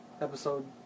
episode